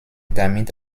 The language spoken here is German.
damit